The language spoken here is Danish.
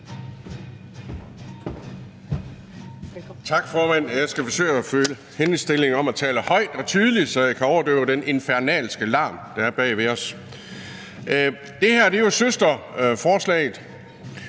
Tak, formand, og jeg skal forsøge at følge henstillingen om at tale højt og tydeligt, så jeg kan overdøve den infernalske larm, der er bag ved os. Det her er jo søsterforslaget,